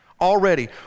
Already